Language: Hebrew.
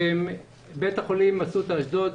בית החולים אסותא אשדוד,